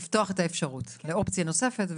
לפתוח את האפשרות לאופציה נוספת,